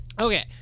Okay